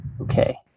Okay